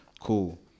Cool